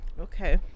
okay